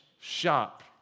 Shop